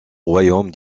royaume